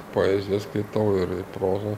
poeziją skaitau ir ir prozą